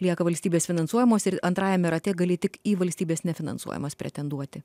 lieka valstybės finansuojamose ir antrajame rate gali tik į valstybės nefinansuojamas pretenduoti